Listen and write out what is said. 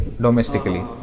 domestically